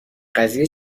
قضیه